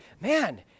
man